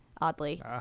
oddly